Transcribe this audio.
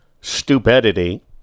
stupidity